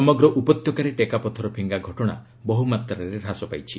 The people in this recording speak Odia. ସମଗ୍ର ଉପତ୍ୟକାରେ ଟେକାପଥର ଫିଙ୍ଗା ଘଟଣା ବହୁମାତ୍ରାରେ ହ୍ରାସ ପାଇଛି